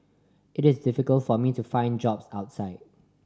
it is difficult for me to find jobs outside